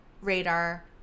radar